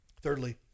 Thirdly